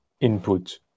input